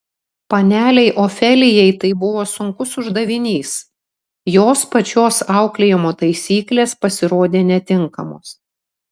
panelei ofelijai tai buvo sunkus uždavinys jos pačios auklėjimo taisyklės pasirodė netinkamos